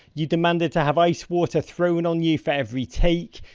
you demanded to have ice water thrown on you for every take,